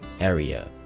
area